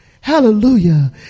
Hallelujah